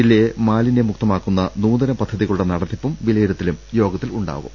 ജില്ലയെ മാലിന്യമുക്തമാക്കുന്ന നൂതന പദ്ധതികളുടെ നടത്തിപ്പും വിലയിരുത്തലും യോഗത്തിലുണ്ടാകും